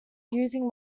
using